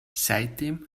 seitdem